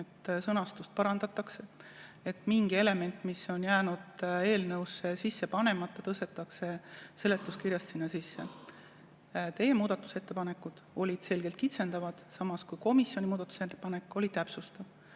et sõnastust parandatakse, mingi element, mis on jäänud eelnõusse sisse panemata, tõstetakse seletuskirjast sinna. Teie muudatusettepanekud olid selgelt kitsendavad, samas kui komisjoni muudatusettepanek oli täpsustav.